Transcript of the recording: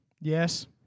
Yes